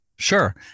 Sure